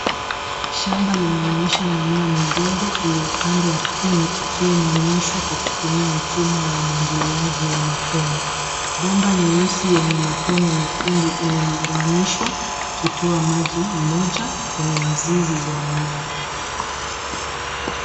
Shamba linaonyesha mimea midogo iliyo pandwa arthini ikiwa inanyeshwa kwa kutumia mfumo wa umwagiliaji wa matone. Bomba nyeusi yenye matone mekundu imegawanyishwa ikitoa maji moja kwenye mzizi wa mimea.